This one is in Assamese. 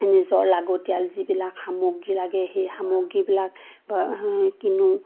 নিজৰ লাগতিয়াল যিবিলাক সামগ্ৰী লাগে সেই সামগ্ৰীবিলাক কিনো